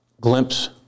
glimpse